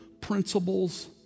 principles